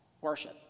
worship